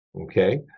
Okay